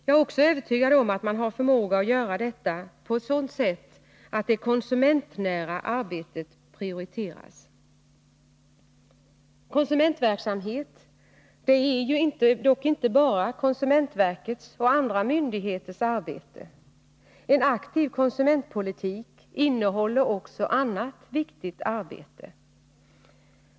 Jag är också övertygad om att man har förmåga att göra detta på ett sådant sätt att det ”konsumentnära” arbetet prioriteras. Konsumentverksamhet är dock inte bara konsumentverkets och andra myndigheters arbete. En aktiv konsumentpolitik innehåller också annat viktigt arbete.